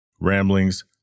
Ramblings